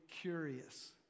curious